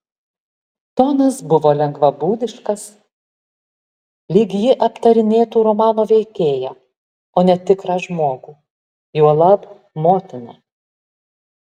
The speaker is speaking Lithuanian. tonas buvo lengvabūdiškas lyg ji aptarinėtų romano veikėją o ne tikrą žmogų juolab motiną